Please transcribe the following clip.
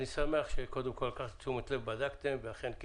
אני שמח שלקחתם לתשומת לב, שבדקתם.